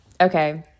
Okay